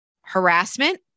harassment